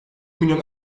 milyon